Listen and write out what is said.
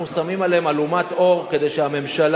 אנחנו שמים עליהן אלומת אור כדי שהממשלה,